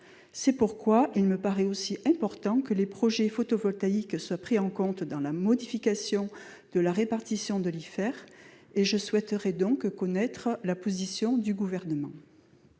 C'est pourquoi il me paraît aussi important que les projets photovoltaïques soient pris en compte dans la modification de la répartition de l'IFER. Je souhaiterais donc connaître la position du Gouvernement